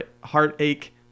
Heartache